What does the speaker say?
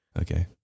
Okay